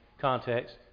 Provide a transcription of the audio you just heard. context